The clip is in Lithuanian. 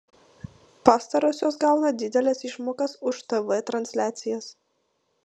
pastarosios gauna dideles išmokas už tv transliacijas